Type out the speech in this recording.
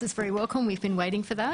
זה מאוד מבורך ואנחנו חיכינו לכך.